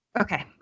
Okay